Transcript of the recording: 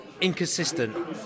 inconsistent